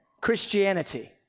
Christianity